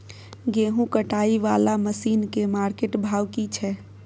गेहूं कटाई वाला मसीन के मार्केट भाव की छै?